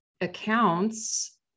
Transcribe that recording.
accounts